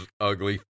ugly